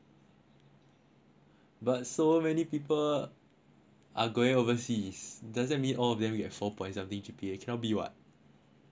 but so many people are going overseas doesn't mean all of them get four point of G_P_A cannot be what maybe guarantee lah